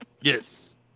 Yes